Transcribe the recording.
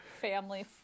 family